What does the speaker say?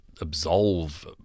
absolve